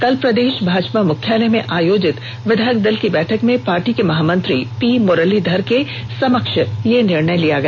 कल प्रदेश भाजपा मुख्यालय में आयोजित विधायक दल की बैठक में पार्टी के महामंत्री पी मुरलीधर के समक्ष यह निर्णय लिया गया